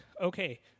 okay